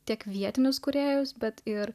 tiek vietinius kūrėjus bet ir